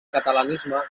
catalanisme